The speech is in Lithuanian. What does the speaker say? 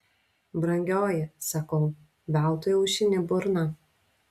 brangioji sakau veltui aušini burną